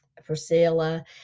Priscilla